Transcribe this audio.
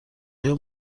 آیا